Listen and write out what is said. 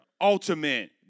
ultimate